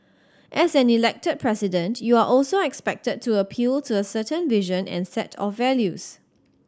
as an Elected President you are also expected to appeal to a certain vision and set of values